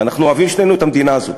הרי אנחנו אוהבים שנינו את המדינה הזאת.